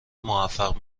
موفق